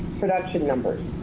production numbers.